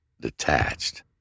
Detached